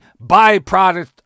byproduct